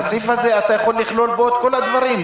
בסעיף הזה אתה יכול לכלול את כל הדברים.